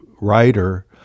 writer